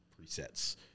presets